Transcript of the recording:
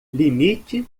limite